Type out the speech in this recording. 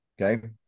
Okay